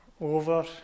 over